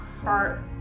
heart